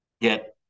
get